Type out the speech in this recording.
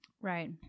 Right